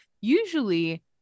usually